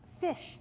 fish